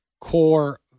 core